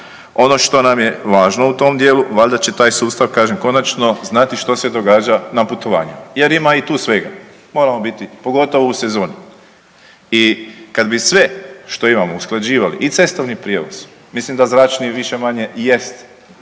Ono što nam je važno u tom dijelu valjda će taj sustav kažem konačno znati što se događa na putovanju jer ima i tu svega, moramo biti, pogotovo u sezoni. I kad bi sve što imamo usklađivali i cestovni prijevoz, mislim da zračni više-manje jest